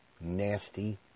nasty